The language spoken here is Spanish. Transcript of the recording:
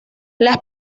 las